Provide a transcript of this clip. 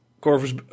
Corvus